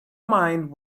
mind